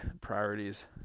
priorities